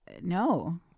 no